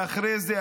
ואחרי זה,